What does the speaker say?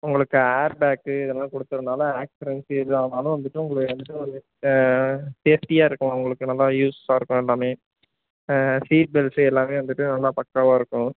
உங்களுக்கு air bag இதெல்லாம் கொடுத்ததுனால ஆக்சிரன்ட்ஸ் எதுவும் ஆனாலும் வந்துட்டு உங்களுக்கு வந்துட்டு சேஃப்டியாக இருக்கும் உங்களுக்கு நல்லா யூஸ்ஸாக இருக்கும் எல்லாமே சீட் பெல்ட்ஸு எல்லாமே வந்துட்டு நல்லா பக்காவாக இருக்கும்